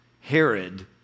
Herod